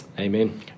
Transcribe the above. Amen